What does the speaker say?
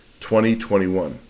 2021